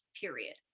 period